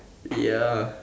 ya